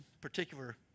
particular